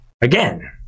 Again